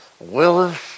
Willis